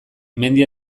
mendi